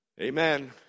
Amen